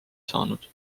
saanud